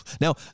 now